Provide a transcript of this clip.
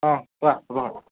অঁ কোৱা